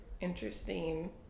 interesting